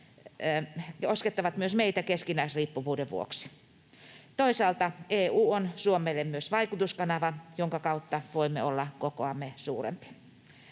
koskettavat myös meitä keskinäisriippuvuuden vuoksi. Toisaalta EU on Suomelle myös vaikutuskanava, jonka kautta voimme olla kokoamme suurempi.